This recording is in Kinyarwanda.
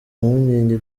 mpungenge